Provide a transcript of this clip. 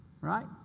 right